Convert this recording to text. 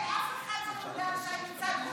אתה לא ממונה על שי ניצן,